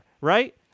Right